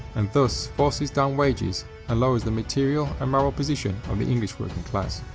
and thus forces down wages and lowers the material and moral position of the english working class.